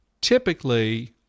Typically